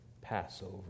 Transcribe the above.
Passover